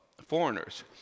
foreigners